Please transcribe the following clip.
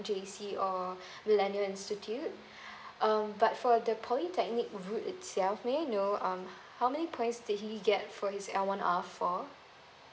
J_C or millennia institute um but for the polytechnic routes ya may I know um how many points did he get for his eleven r four